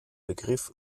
begriff